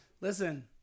Listen